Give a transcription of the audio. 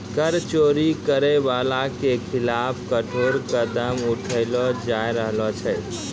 कर चोरी करै बाला के खिलाफ कठोर कदम उठैलो जाय रहलो छै